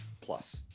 plus